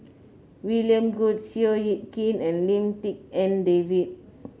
William Goode Seow Yit Kin and Lim Tik En David